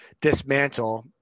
dismantle